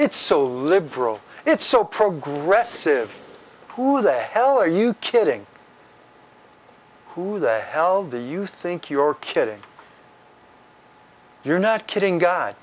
it's so liberal it's so progressive who they hell are you kidding who the hell do you think you're kidding you're not kidding g